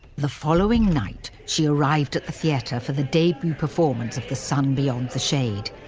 the following night she arrived at the theatre, for the debut performance of the sun beyond the shade.